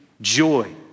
joy